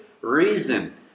reason